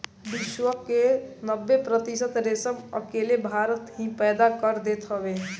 विश्व के नब्बे प्रतिशत रेशम अकेले भारत ही पैदा कर देत हवे